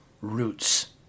roots